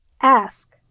ask